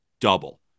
double